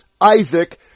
Isaac